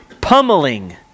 Pummeling